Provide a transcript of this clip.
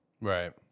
right